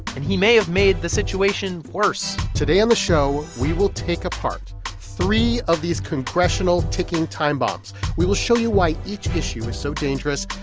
and he may have made the situation worse today on the show, we will take apart three of these congressional ticking time bombs. we will show you why each issue is so dangerous,